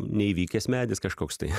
neįvykęs medis kažkoks tai